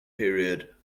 period